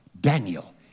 Daniel